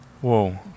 Whoa